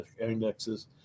indexes